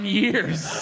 years